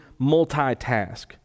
multitask